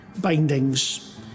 bindings